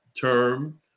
term